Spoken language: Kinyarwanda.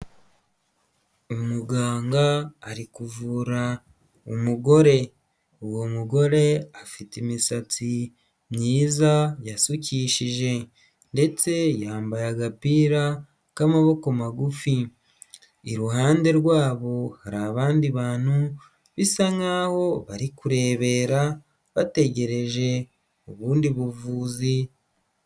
Umuganga ari kuvura umugore. Uwo mugore afite imisatsi myiza yasukishije ndetse yambaye agapira k'amaboko magufi, iruhande rwabo hari abandi bantu bisa nk'aho bari kurebera bategereje ubundi buvuzi.